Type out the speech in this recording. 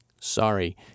Sorry